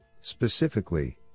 Specifically